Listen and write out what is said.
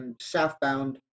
Southbound